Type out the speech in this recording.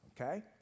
Okay